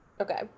Okay